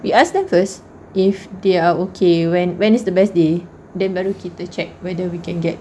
we ask them first if they are okay when when is the best day then barricade to check whether we can get